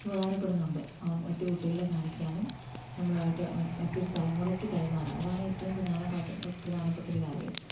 ഉപകാരപ്പെടുന്നുണ്ട് മറ്റു കുട്ടികളെ കാണിക്കാനും നമ്മളുമായിട്ട് മറ്റൊരു തലമുറയ്ക്ക് കൈമാറാൻ അതാണ് ഏറ്റവും പ്രധാനപ്പെട്ട പ്രധാനപ്പെട്ട ഒരു കാര്യം